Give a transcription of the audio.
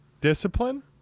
Discipline